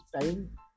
time